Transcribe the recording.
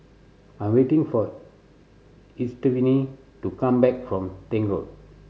I am waiting for Estefani to come back from Tank Road